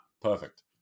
perfect